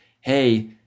hey